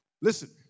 listen